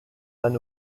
pan